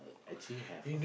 actually have ah